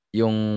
yung